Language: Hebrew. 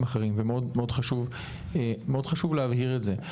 אחרים ומאוד מאוד חשוב להבהיר את זה.